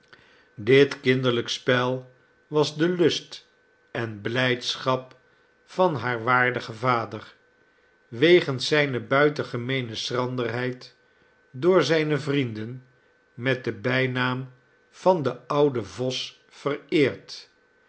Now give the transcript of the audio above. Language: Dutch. dit kinderlijk spel was de lust en blijdschap van haar waardigen vader wegens zijnebuitengemeene schranderheid door zijne vrienden met den bijnaam van de oude vos vereerd